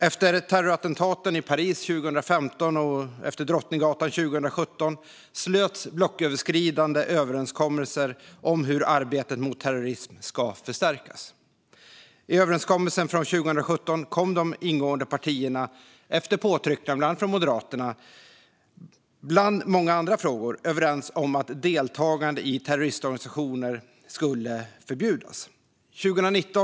Efter terrorattentaten i Paris 2015 och efter Drottninggatan 2017 slöts blocköverskridande överenskommelser om hur arbetet mot terrorism ska förstärkas. I överenskommelsen från 2017 kom de ingående partierna, efter påtryckningar från bland annat Moderaterna, överens om att deltagande i terroristorganisation skulle förbjudas. Detta var en bland många andra frågor.